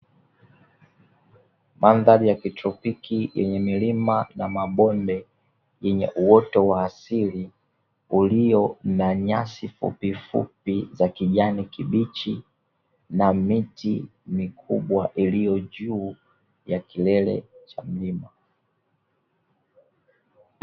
Mandhari ya kitropiki yenye milima na mabonde yenye uoto wa asili ulio na nyasi fupifupi za kijani kibichi na miti mikubwa iliyo juu ya kilele cha mlima.